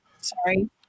Sorry